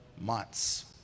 months